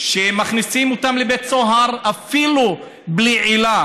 כשמכניסים אותם לבית סוהר, אפילו בלי עילה?